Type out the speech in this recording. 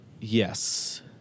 Yes